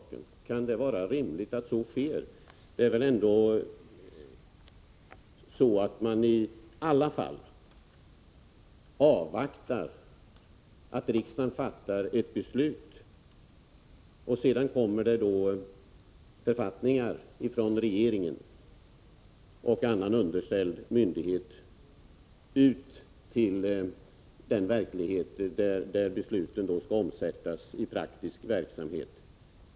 Kan det vara rimligt att så sker? Man bör väl ändå avvakta att riksdagen fattar beslut och att det sedan från regeringen och från regeringen underställd myndighet kommer ut författningar till den verklighet där besluten skall omsättas i praktisk verksamhet.